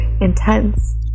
intense